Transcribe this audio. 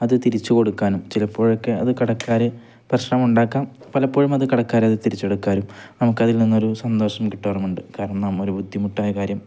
അതു തിരിച്ചുകൊടുക്കാനും ചിലപ്പോഴൊക്കെ അതു കടക്കാര് പ്രശ്നം ഉണ്ടാക്കാം പലപ്പോഴും അതു കടക്കാര് അതു തിരിച്ചെടുക്കാനും നമുക്കതിൽ നിന്നൊരു സന്തോഷം കിട്ടാറുമുണ്ട് കാരണം ഒരു ബുദ്ധിമുട്ടായ കാര്യം